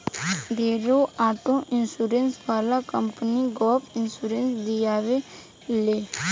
ढेरे auto insurance वाला company gap insurance दियावे ले